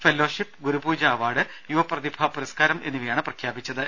fellowship Gurupooja award Yuvaprathibha പുരസ്കാരം എന്നിവയാണ് പ്രഖ്യാപിച്ചത്